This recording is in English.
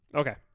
okay